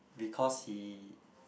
because he